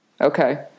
Okay